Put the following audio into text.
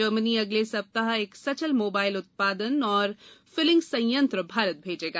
Germany अगले सप्ताह एक सचल मोबाइल उत्पादन और फिलिंग संयंत्र भारत भेजेगा